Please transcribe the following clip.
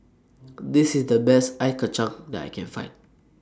This IS The Best Ice Kacang that I Can Find